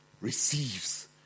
receives